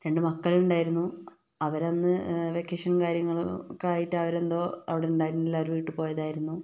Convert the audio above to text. രണ്ടു മക്കളുണ്ടായിരുന്നു അവരന്ന് വെക്കേഷൻ കാര്യങ്ങളുംഒക്കെയായിട്ട് അവരെന്തോ അവിടുണ്ടായിരുന്നില്ല അവര് വീട്ടിൽ പോയതാരുന്നു